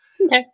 Okay